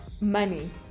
Money